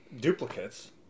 duplicates